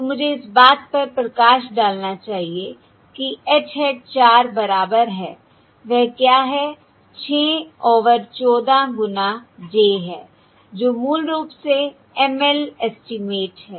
तो मुझे इस बात पर प्रकाश डालना चाहिए कि h hat 4 बराबर है वह क्या है 6 ओवर 14 गुना j है जो मूल रुप सेML एस्टीमेट है